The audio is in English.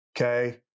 okay